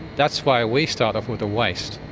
that's why we start off with a waste,